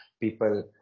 people